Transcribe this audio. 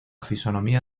fisonomía